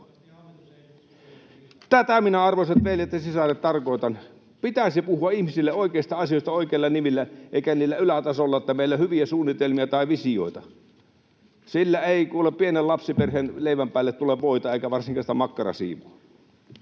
Tätä minä, arvoisat veljet ja sisaret, tarkoitan: pitäisi puhua ihmisille oikeista asioista oikeilla nimillä eikä ylätasolla niin, että meillä on hyviä suunnitelmia tai visioita. Sillä ei kuule pienen lapsiperheen leivän päälle tule voita eikä varsinkaan sitä makkarasiivua.